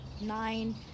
nine